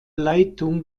leitung